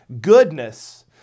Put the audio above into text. goodness